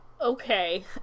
okay